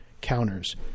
counters